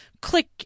click